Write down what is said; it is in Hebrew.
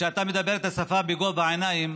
כשאתה מדבר את השפה בגובה העיניים